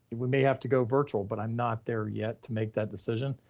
but we may have to go virtual, but i'm not there yet to make that decision.